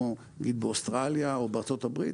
כמו נגיד באוסטרליה או בארה"ב,